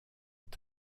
ont